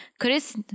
Chris